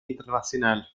internacional